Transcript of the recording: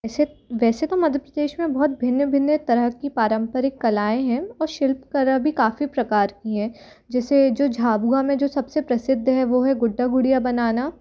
वैसे वैसे तो मध्य प्रदेश मे बहुत भिन्न भिन्न तरह की परम्परिक कलाएं हैं आउ सिल्प करा भी काफ़ी प्रकार की हैं जैसे जो झाबुआ में जो सबसे प्रसिद्ध है वो है गुड्डा गुड़िया बनाना